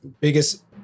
biggest